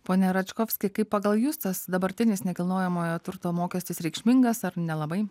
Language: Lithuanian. pone račkovski kaip pagal jus tas dabartinis nekilnojamojo turto mokestis reikšmingas ar nelabai